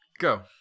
Go